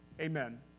Amen